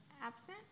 absent